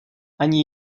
ani